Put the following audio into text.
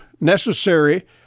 necessary